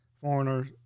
foreigners